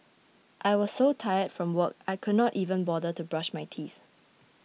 I was so tired from work I could not even bother to brush my teeth